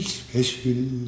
special